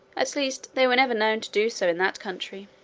at least they were never known to do so in that country.